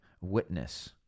witness